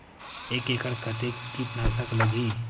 एक एकड़ कतेक किट नाशक लगही?